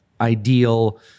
ideal